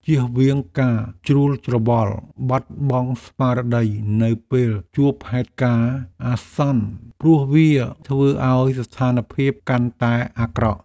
ជៀសវាងការជ្រួលច្របល់បាត់បង់ស្មារតីនៅពេលជួបហេតុការណ៍អាសន្នព្រោះវាធ្វើឱ្យស្ថានភាពកាន់តែអាក្រក់។